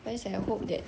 where as I hope that